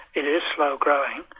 it is slow growing,